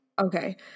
Okay